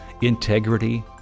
integrity